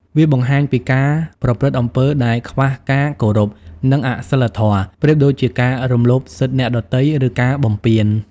វាបង្ហាញពីការប្រព្រឹត្តអំពើដែលខ្វះការគោរព និងអសីលធម៌ ប្រៀបដូចការរំលោភសិទ្ធិអ្នកដទៃ ឬការបំពាន។